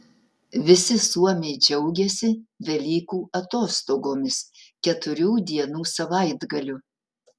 visi suomiai džiaugiasi velykų atostogomis keturių dienų savaitgaliu